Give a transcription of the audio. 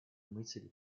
мысль